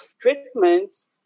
treatments